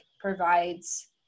provides